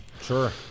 Sure